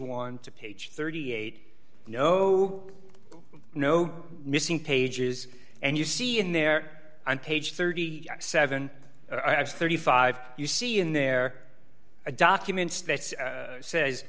one to page thirty eight no no no missing pages and you see in there on page thirty seven i thirty five you see in there a document that says